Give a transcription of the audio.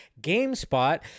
GameSpot